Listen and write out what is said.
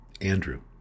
Andrew